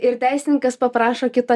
ir teisininkas paprašo kito